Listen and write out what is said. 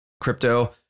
crypto